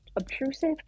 obtrusive